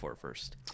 first